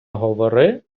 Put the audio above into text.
говори